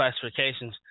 classifications